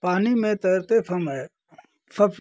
पानी में तैरते समय सब